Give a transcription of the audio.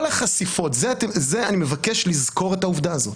אני מבקש לזכור את העובדה הזאת: